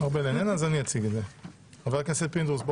בוקר טוב לחבר הכנסת פינדרוס.